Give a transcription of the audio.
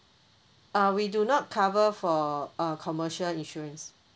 uh we do not cover for uh commercial insurance